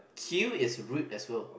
cute is rude as well